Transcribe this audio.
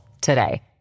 today